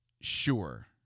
sure